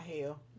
hell